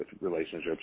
relationships